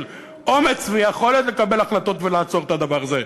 אומץ ויכולת לקבל החלטות ולעצור את הדבר הזה.